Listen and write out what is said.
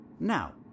Now